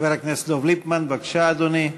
חבר הכנסת דב ליפמן, בבקשה, אדוני.